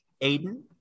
Aiden